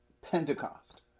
Pentecost